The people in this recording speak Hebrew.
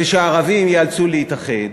זה שהערבים ייאלצו להתאחד,